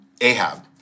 Ahab